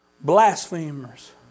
blasphemers